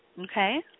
Okay